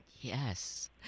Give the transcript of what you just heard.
Yes